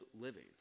living